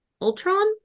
Ultron